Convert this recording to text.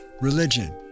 religion